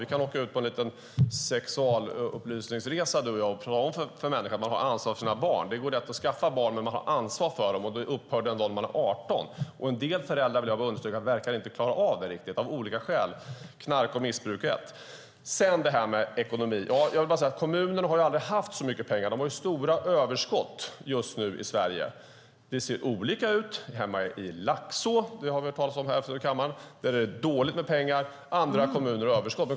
Vi kan åka ut på en liten sexualupplysningsresa, du och jag, och tala om för människor att man har ansvar för sina barn. Det går lätt att skaffa barn, men man har ansvar för dem, och det upphör inte förrän den dag barnen fyller 18 år. En del föräldrar, vill jag understryka, verkar inte klara av det riktigt av olika skäl, till exempel knark och missbruk. När det gäller det här med ekonomi vill jag bara säga att kommunerna aldrig har haft så mycket pengar som nu. De har stora överskott just nu i Sverige. Det ser olika ut. I Laxå - det har vi hört talas om här i kammaren - är det dåligt med pengar, och andra kommuner har överskott.